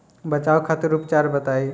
बचाव खातिर उपचार बताई?